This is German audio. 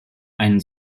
einen